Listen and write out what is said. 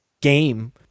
game